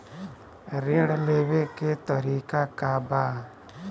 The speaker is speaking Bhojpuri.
ऋण लेवे के तरीका का बा?